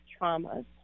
traumas